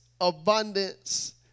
abundance